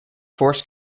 force